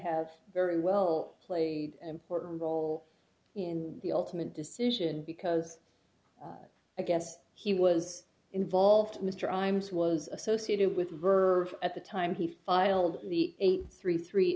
have very well played an important role in the ultimate decision because i guess he was involved mr imus was associated with her at the time he filed the eight three three